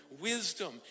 wisdom